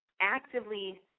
actively